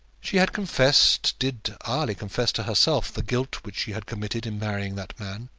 she had confessed, did hourly confess to herself, the guilt which she had committed in marrying that man